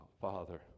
Father